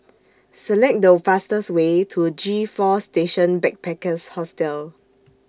Select The fastest Way to G four Station Backpackers Hostel